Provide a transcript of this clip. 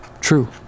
True